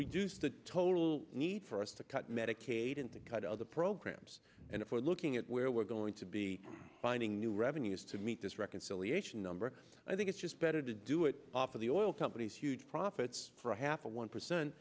reduce the total need for us to cut medicaid and to cut other programs and if we're looking at where we're going to be finding new revenues to meet this reconciliation number i think it's just better to do it for the oil companies huge profits for a half of one percent